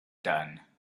done